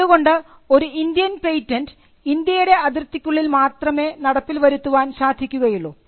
അതുകൊണ്ട് ഒരു Indian patent ഇന്ത്യയുടെ അതിർത്തികൾക്കുള്ളിൽ മാത്രമേ നടപ്പിൽ വരുത്താൻ സാധിക്കുകയുള്ളൂ